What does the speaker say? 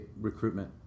recruitment